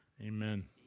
Amen